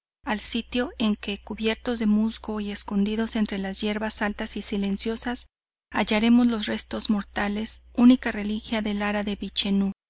al sitio en que cubiertos de musgo y escondidos entre las hierbas altas y silenciosas hallaremos los restos mortales única reliquia del ara de vichenú